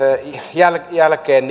jälkeen jälkeen